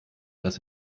dass